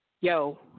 yo